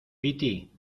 piti